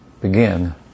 begin